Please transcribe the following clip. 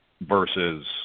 versus